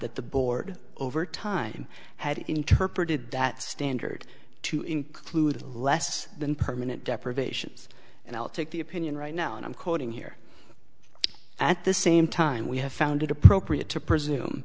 that the board over time had interpreted that standard to include less than permanent deprivations and i'll take the opinion right now and i'm quoting here at the same time we have found it appropriate to presume